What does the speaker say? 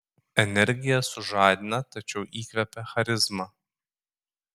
energija sužadina tačiau įkvepia charizma